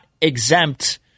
exempt